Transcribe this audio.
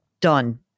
done